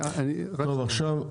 השר, תשיב, בבקשה.